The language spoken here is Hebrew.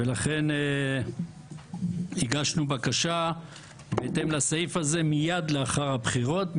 לכן הגשנו בקשה בהתאם לסעיף הזה מיד לאחר הבחירות.